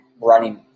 running